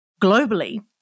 Globally